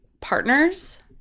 partners